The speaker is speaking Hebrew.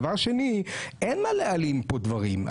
דבר שני, אין מה להעלים פה דברים.